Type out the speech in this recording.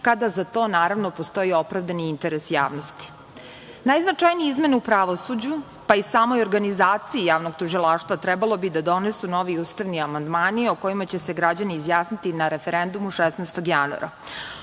kada za to postoji, naravno i opravdani interes javnosti. Najznačajnije izmene u pravosuđu, pa i samoj organizaciji javnog tužilaštva, trebalo bi da donesu novi ustavni amandmani, o kojima će se građani izjasniti na referendumu 16. januara. Ono